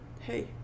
hey